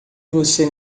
você